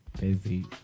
busy